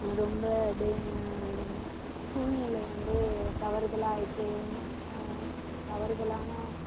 ரொம்ப டே சூழ்நிலை வந்து தவறுதலாக ஆகிப்போயி தவறுதலான